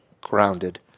grounded